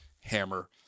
hammer